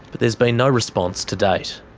but there's been no response to date.